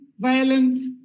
violence